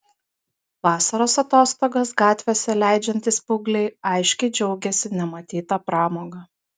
vasaros atostogas gatvėse leidžiantys paaugliai aiškiai džiaugėsi nematyta pramoga